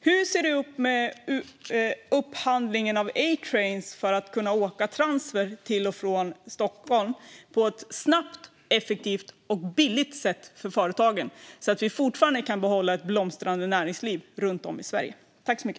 Hur ser det ut med upphandlingen av ATrain för att kunna åka transfer till och från Stockholm på ett för företagen snabbt, effektivt och billigt sätt så att vi kan behålla ett blomstrande näringsliv runt om i Sverige?